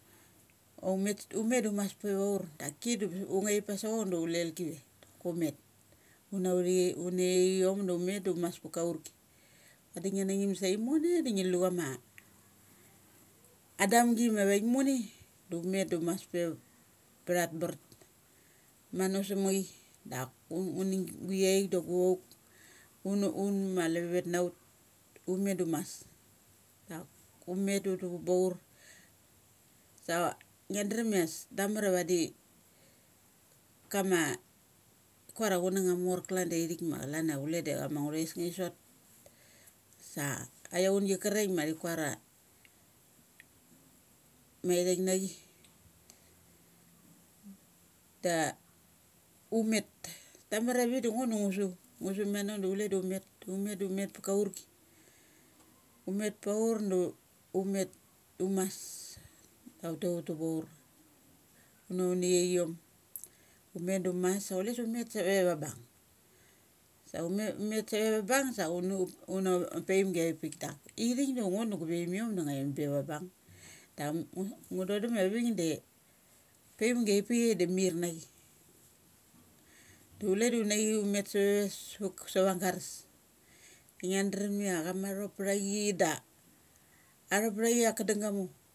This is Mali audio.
Um met da umas peva ur. Dak ki da bes ungaip pa so chong du chulel ki ve um met. Una thachi. Uni chiom da um met da umas pa kaurki. Da ngia nangim sai mone dangi lu chama a damagi ma vaik mane du um met da umas pe dat barat. Mano sama chi dak ngu, no guaik da gu chonk una. un ama lavavet na ut um met da umas. Dak um met da ut tuabaur. Sa ngia drem ia stam maria vadi kama kuar an chunang ama mor kan da ithik ma chalan da chama nguthis thisot da um met. Sta mar avik da ngo du ngu su. Ngu su mano du chule da um met da umet pa kaurki. Um met pa ur da um met pakaurki. Umet pa ur da umet da um mas da um met ut tu baur. Una uthichaikiom. Um met da um mas sa chule sa um met save va bung. Sa umet saveva bung sa una paimgi a pik. Dak ithik ngo du ngo vaimiom da nga ve bung. Da ang ngu don dum avik dai paimgi apik chiai da mir na chi. Da chule da una chi um met sa ve uk ang garas. Da ngia drum ia chamathop tha chi da, athopthachi ak ka dung ga mor.